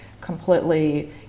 completely